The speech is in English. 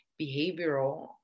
behavioral